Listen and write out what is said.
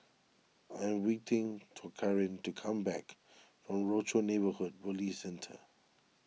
I am waiting to Karin to come back from Rochor Neighborhood Police Centre